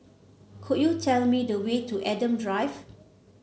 could you tell me the way to Adam Drive